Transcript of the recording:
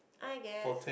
I guess